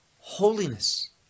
holiness